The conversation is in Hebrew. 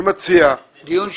דיון שלישי.